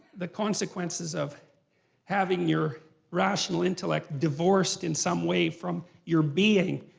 the consequences of having your rational intellect divorced in some way from your being.